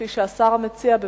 כפי שהשר מציע,